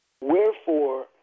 Wherefore